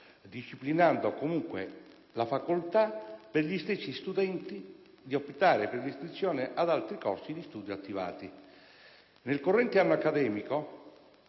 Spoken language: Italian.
disciplinando comunque la facoltà per gli stessi studenti di optare per l'iscrizione ad altri corsi di studio attivati. Nel corrente anno accademico,